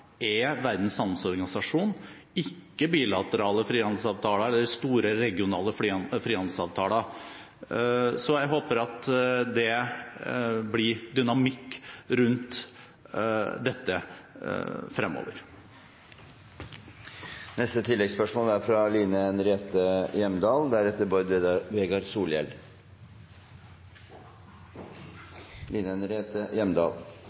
er Verdens handelsorganisasjon, ikke bilaterale frihandelsavtaler eller store regionale frihandelsavtaler. Jeg håper at det blir en dynamikk rundt dette fremover.